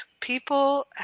people